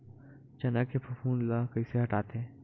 चना के फफूंद ल कइसे हटाथे?